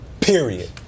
period